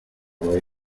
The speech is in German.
neu